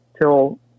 till